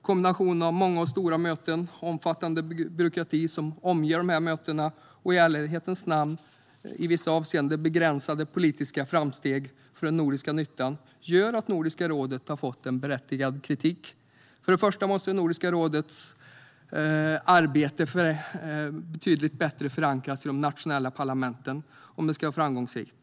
Kombinationen av många och stora möten, en omfattande byråkrati som omger dessa möten och, i ärlighetens namn, de i vissa avseenden begränsade politiska framstegen för den nordiska nyttan gör att Nordiska rådet har fått berättigad kritik. För det första måste Nordiska rådets arbete förankras betydligt bättre i de nationella parlamenten om det ska vara framgångsrikt.